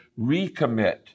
recommit